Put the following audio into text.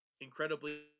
incredibly